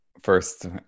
First